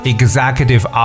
Executive